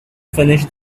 finish